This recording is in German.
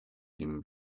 dem